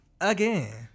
again